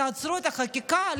תעצרו את החקיקה?